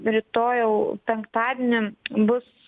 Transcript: rytoj jau penktadienį bus